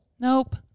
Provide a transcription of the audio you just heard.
Nope